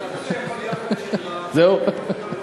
זהו?